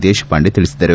ದೇಶಪಾಂಡೆ ತಿಳಿಸಿದರು